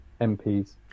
MPs